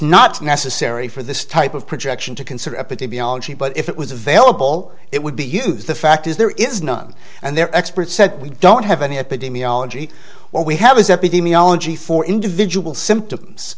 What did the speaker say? not necessary for this type of projection to consider epidemiology but if it was available it would be used the fact is there is none and their expert said we don't have any epidemiology what we have is epidemiology for individual symptoms